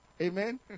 Amen